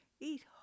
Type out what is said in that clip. eat